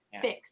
Fix